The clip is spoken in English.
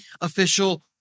official